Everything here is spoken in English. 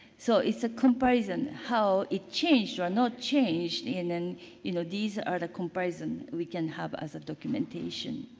so, it's a comparison how it changed or not changed. and then you know, these are the comparison we can have as a documentation.